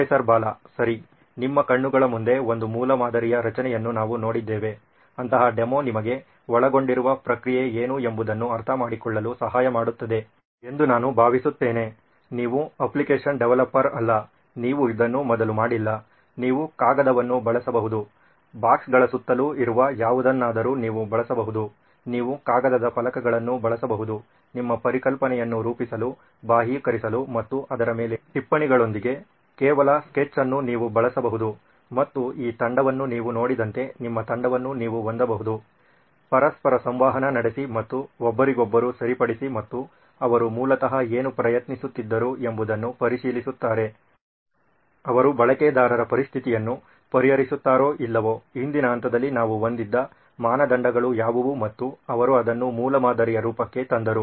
professor Bala ಸರಿ ನಿಮ್ಮ ಕಣ್ಣುಗಳ ಮುಂದೆ ಒಂದು ಮೂಲಮಾದರಿಯ ರಚನೆಯನ್ನು ನಾವು ನೋಡಿದ್ದೇವೆ ಅಂತಹ ಡೆಮೊ ನಿಮಗೆ ಒಳಗೊಂಡಿರುವ ಪ್ರಕ್ರಿಯೆ ಏನು ಎಂಬುದನ್ನು ಅರ್ಥಮಾಡಿಕೊಳ್ಳಲು ಸಹಾಯ ಮಾಡುತ್ತದೆ ಎಂದು ನಾನು ಭಾವಿಸುತ್ತೆನೆ ನೀವು ಅಪ್ಲಿಕೇಶನ್ ಡೆವಲಪರ್ ಅಲ್ಲ ನೀವು ಇದನ್ನು ಮೊದಲು ಮಾಡಿಲ್ಲ ನೀವು ಕಾಗದವನ್ನು ಬಳಸಬಹುದು ಬಾಕ್ಸ್ಗಳ ಸುತ್ತಲೂ ಇರುವ ಯಾವುದನ್ನಾದರೂ ನೀವು ಬಳಸಬಹುದು ನೀವು ಕಾಗದದ ಫಲಕಗಳನ್ನು ಬಳಸಬಹುದು ನಿಮ್ಮ ಪರಿಕಲ್ಪನೆಯನ್ನು ರೂಪಿಸಲು ಬಾಹ್ಯೀಕರಿಸಲು ಮತ್ತು ಅದರ ಮೇಲೆ ಟಿಪ್ಪಣಿಗಳೊಂದಿಗೆ ಕೇವಲ ಸ್ಕೆಚ್ ಅನ್ನು ನೀವು ಬಳಸಬಹುದು ಮತ್ತು ಈ ತಂಡವನ್ನು ನೀವು ನೋಡಿದಂತೆ ನಿಮ್ಮ ತಂಡವನ್ನು ನೀವು ಹೊಂದಬಹುದು ಪರಸ್ಪರ ಸಂವಹನ ನಡೆಸಿ ಮತ್ತು ಒಬ್ಬರಿಗೊಬ್ಬರು ಸರಿಪಡಿಸಿ ಮತ್ತು ಅವರು ಮೂಲತಃ ಏನು ಪ್ರಯತ್ನಿಸುತ್ತಿದ್ದರು ಎಂಬುದನ್ನು ಪರಿಶೀಲಿಸುತ್ತಾರೆ ಅವರು ಬಳಕೆದಾರರ ಪರಿಸ್ಥಿತಿಯನ್ನು ಪರಿಹರಿಸುತ್ತಾರೋ ಇಲ್ಲವೋ ಹಿಂದಿನ ಹಂತದಲ್ಲಿ ನಾವು ಹೊಂದಿದ್ದ ಮಾನದಂಡಗಳು ಯಾವುವು ಮತ್ತು ಅವರು ಅದನ್ನು ಮೂಲಮಾದರಿಯ ರೂಪಕ್ಕೆ ತಂದರು